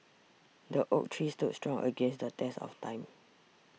the oak tree stood strong against the test of time